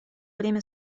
время